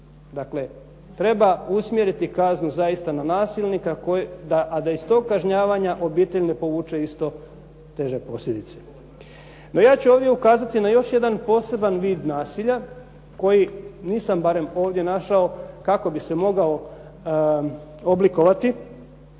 Dakle, treba usmjeriti kaznu zaista na nasilnika a da iz tog kažnjavanja obitelj ne povuče isto teže posljedice. No, ja ću ovdje ukazati na još jedan poseban vid nasilja koji nisam barem ovdje našao kako bi se mogao oblikovati